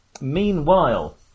meanwhile